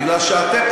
בגלל שאתם,